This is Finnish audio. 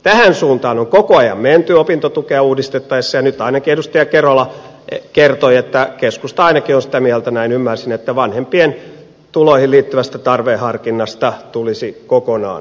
tähän suuntaan on koko ajan menty opintotukea uudistettaessa ja nyt ainakin edustaja kerola kertoi että keskusta ainakin on sitä mieltä näin ymmärsin että vanhempien tuloihin liittyvästä tarveharkinnasta tulisi kokonaan luopua